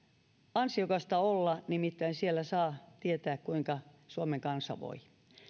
ansiokasta olla nimittäin siellä saa tietää kuinka suomen kansa voi